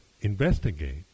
investigate